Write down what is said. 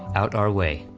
out our way.